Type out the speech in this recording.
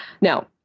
Now